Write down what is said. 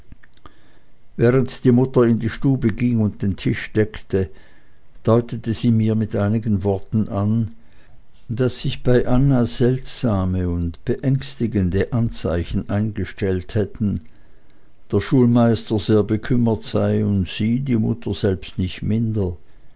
während die mutter in die stube ging und den tisch deckte deutete sie mir mit einigen worten an daß sich bei anna seltsame und beängstigende anzeichen eingestellt hätten der schulmeister sehr bekümmert sei und sie die mutter selbst nicht minder